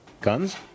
Guns